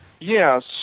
Yes